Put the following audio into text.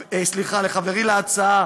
סליחה, לחברי להצעה